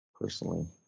Personally